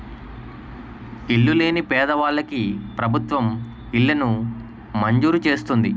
ఇల్లు లేని పేదవాళ్ళకి ప్రభుత్వం ఇళ్లను మంజూరు చేస్తుంది